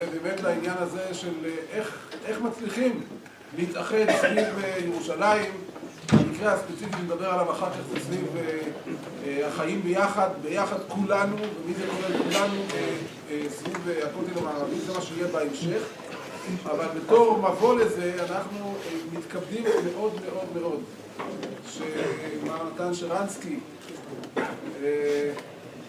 ובאמת לעניין הזה של איך מצליחים להתאחד סביב ירושלים, במקרה הספציפי נדבר עליו אחר כך סביב החיים ביחד, ביחד כולנו, ומי זה כולנו סביב הכותל המערבי, זה מה שיהיה בהמשך, אבל בתור מבוא לזה אנחנו מתכבדים מאוד מאוד מאוד שמתן שרנסקי